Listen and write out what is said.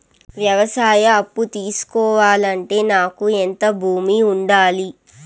వ్యవసాయ అప్పు తీసుకోవాలంటే నాకు ఎంత భూమి ఉండాలి?